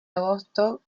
agosto